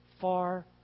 far